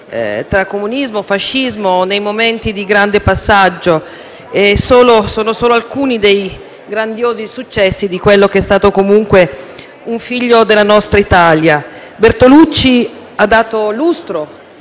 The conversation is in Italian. tra comunismo e fascismo, su momenti di grande passaggio. Quelli appena citati sono solo alcuni dei grandiosi successi di quello che è stato comunque un figlio della nostra Italia. Bertolucci ha dato lustro